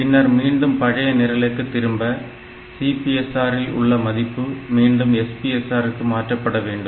பின்னர் மீண்டும் பழைய நிரலுக்கு திரும்ப CPSR இல் உள்ள மதிப்பு மீண்டும் SPSR க்கு மாற்றப்பட வேண்டும்